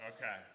Okay